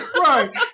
Right